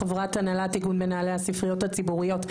חברת הנהלת איגוד מנהלי הספריות הציבוריות.